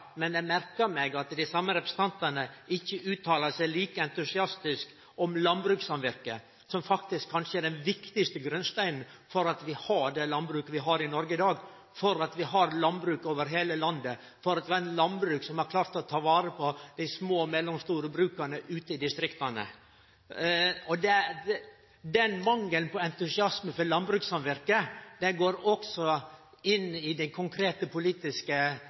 Men eg merka meg at dei same representantane ikkje uttalte seg like entusiastisk om landbrukssamvirket – som kanskje faktisk er den viktigaste grunnsteinen for at vi har det landbruket vi har i Noreg i dag, for at vi har landbruk over heile landet, og for at vi har eit landbruk som har klart å ta vare på dei små og mellomstore bruka ute i distrikta. Mangelen på entusiasme for landbrukssamvirket går også inn i dei konkrete politiske